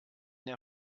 der